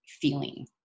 feeling